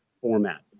format